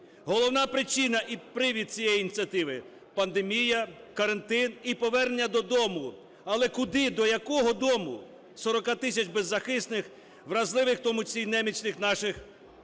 Головна причина і привід цієї ініціативи – пандемія, карантин і повернення додому. Але куди, до якого дому 40 тисяч беззахисних, вразливих, у тому числі і немічних наших